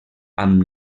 amb